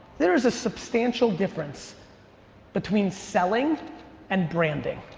there is a substantial difference between selling and branding.